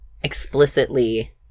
Explicitly